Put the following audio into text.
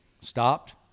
stopped